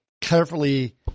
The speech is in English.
carefully